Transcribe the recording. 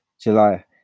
July